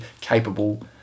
capable